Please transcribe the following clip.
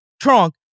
trunk